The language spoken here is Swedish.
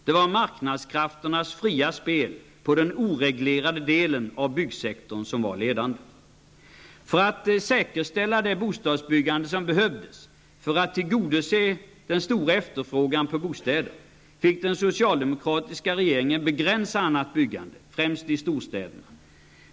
Det var marknadskrafternas fria spel på den oreglerade delen av byggsektorn som var ledande. För att säkerställa det bostadsbyggande som behövdes för att tillgodose den stora efterfrågan på bostäder fick den socialdemokratiska regeringen begränsa annat byggande främst i storstäderna.